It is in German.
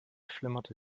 flimmerte